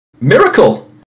Miracle